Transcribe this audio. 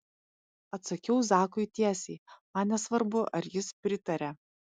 atsakiau zakui tiesiai man nesvarbu ar jis pritaria